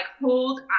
hold